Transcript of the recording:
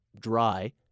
dry